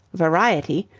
variety,